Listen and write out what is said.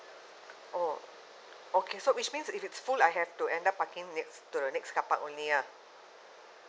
oh okay so which means if it's full I have to end up parking next to the next car park only lah